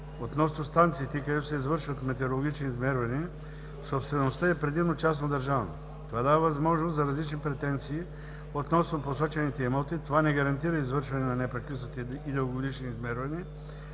Относно станциите, където се извършват метеорологични измервания, собствеността е предимно частно-държавна. Това дава възможност за различни претенции относно посочените имоти, това не гарантира извършване на непрекъснати и дългогодишни измервания